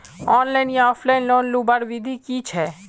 Online या offline loan लुबार विधि की छे?